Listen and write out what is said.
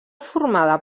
formada